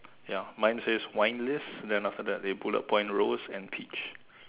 ya mine says wine lists then after that they put up wine rose and peach